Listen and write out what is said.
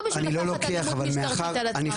לא בשביל לקחת אלימות משטרתית על עצמן.